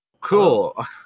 Cool